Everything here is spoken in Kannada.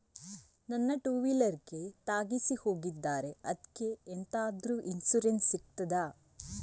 ನನ್ನ ಟೂವೀಲರ್ ಗೆ ತಾಗಿಸಿ ಹೋಗಿದ್ದಾರೆ ಅದ್ಕೆ ಎಂತಾದ್ರು ಇನ್ಸೂರೆನ್ಸ್ ಸಿಗ್ತದ?